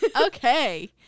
Okay